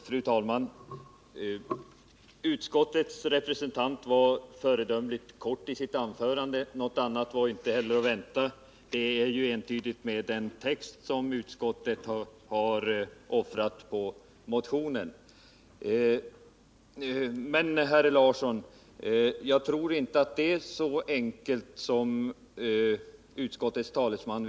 Fru talman! Utskottets talesman var föredömligt kortfattad i sitt anförande. Något annat var inte heller att vänta — det stämmer överens med den text som utskottet har offrat på motionen. Men, herr Einar Larsson, jag tror inte att det är så enkelt som här har gjorts gällande.